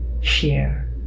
Share